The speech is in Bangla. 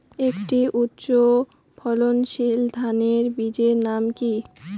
একটি উচ্চ ফলনশীল ধানের বীজের নাম কী?